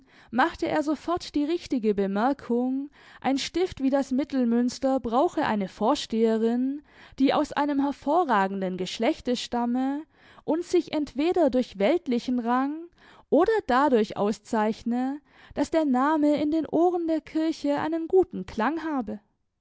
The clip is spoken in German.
machte er sofort die richtige bemerkung ein stift wie das mittelmünster brauche eine vorsteherin die aus einem hervorragenden geschlechte stamme und sich entweder durch weltlichen rang oder dadurch auszeichne daß der name in den ohren der kirche einen guten klang habe